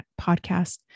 podcast